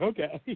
Okay